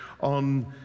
on